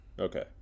Okay